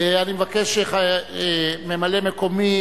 27 בעד, אין מתנגדים,